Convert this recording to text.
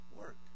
work